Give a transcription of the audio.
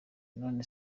none